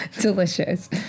delicious